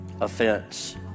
offense